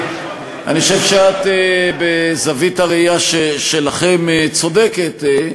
בזווית הראייה שלכם, צודקת.